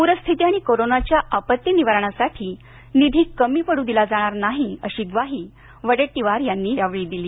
पूरस्थिती आणि कोरोनाच्या आपत्ती निवारणासाठी निधी कमी पडू दिला जाणार नाही अशी ग्वाही वडेट्टीवार यांनी यावेळी दिली